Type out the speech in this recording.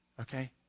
Okay